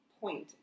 point